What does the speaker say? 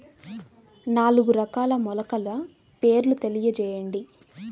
నాలుగు రకాల మొలకల పేర్లు తెలియజేయండి?